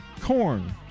corn